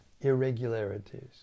irregularities